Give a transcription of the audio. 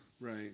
right